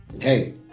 hey